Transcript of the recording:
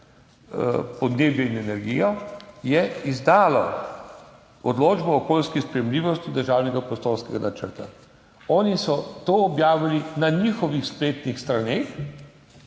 podnebje in energijo je izdalo odločbo o okoljski sprejemljivosti državnega prostorskega načrta, oni so to objavili na svojih spletnih straneh